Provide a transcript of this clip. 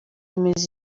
imeze